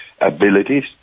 abilities